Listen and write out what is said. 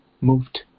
moved